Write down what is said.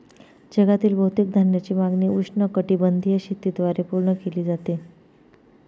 जगातील बहुतेक धान्याची मागणी उष्णकटिबंधीय शेतीद्वारे पूर्ण केली जाते